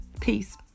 Peace